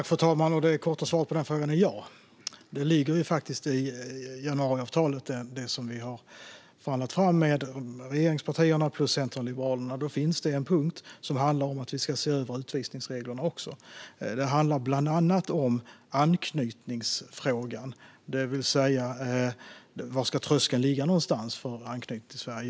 Fru talman! Det korta svaret på frågan är ja. I januariavtalet, som regeringspartierna, Centern och Liberalerna har förhandlat fram, finns en punkt som handlar om att vi ska se över utvisningsreglerna. Det handlar bland annat om anknytningsfrågan, det vill säga var tröskeln ska ligga för anknytning till Sverige.